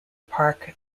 parque